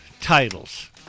titles